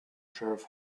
sheriff